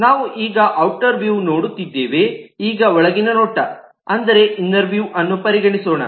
ನಾವು ಈಗ outer view ನೋಡುತ್ತಿದ್ದೇವೆ ಈಗ ಒಳಗಿನ ನೋಟ ಅಂದರೆ ಇನ್ನರ್ ವ್ಯೂಅನ್ನು ಪರಿಗಣಿಸೋಣ